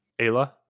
Ayla